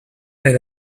est